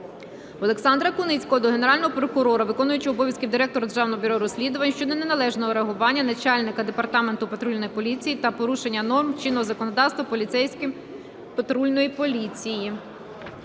Олександра Куницького до Генерального прокурора, виконувача обов'язків Директора Державного бюро розслідувань щодо неналежного реагування начальника Департаменту патрульної поліції та порушення норм чинного законодавства поліцейськими патрульної поліції.